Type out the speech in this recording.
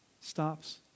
stops